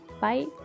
bye